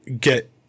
get